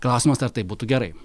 klausimas ar tai būtų gerai